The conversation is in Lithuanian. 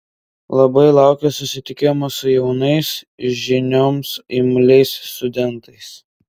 labai laukiu susitikimo su jaunais žinioms imliais studentais